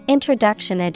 Introduction